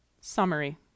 summary